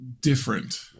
different